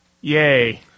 Yay